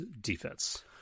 defense